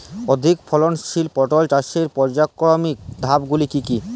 অধিক ফলনশীল পটল চাষের পর্যায়ক্রমিক ধাপগুলি কি কি?